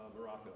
Morocco